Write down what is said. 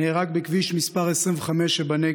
נהרג בכביש 25 שבנגב,